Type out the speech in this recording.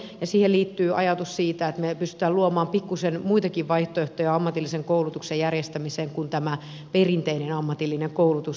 siihen liittyy ajatus siitä että me pystymme luomaan pikkuisen muitakin vaihtoehtoja ammatillisen koulutuksen järjestämiseen kuin tämä perinteinen ammatillinen koulutus